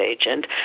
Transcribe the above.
agent